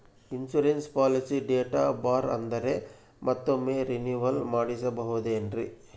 Insurance policy date ಬಾರ್ ಆದರೆ ಮತ್ತೊಮ್ಮೆ ರಿನಿವಲ್ ಮಾಡಿಸಬಹುದೇ ಏನ್ರಿ?